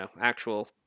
actual